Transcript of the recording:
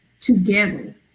together